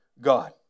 God